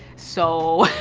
so,